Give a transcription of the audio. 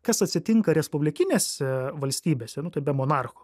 kas atsitinka respublikinėse valstybėse nu tai be monarcho